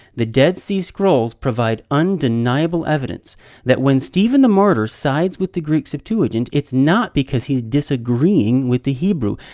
the dead sea scrolls provide undeniable evidence that when stephen the martyr sides with the greek septuagint, it's not because he's disagreeing with the hebrew.